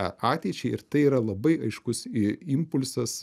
ateičiai ir tai yra labai aiškus i impulsas